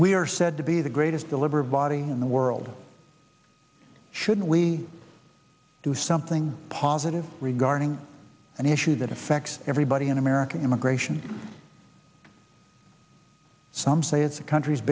we are said to be the greatest deliberative body in the world should we do something positive regarding an issue that affects everybody in america immigration some say it's the country's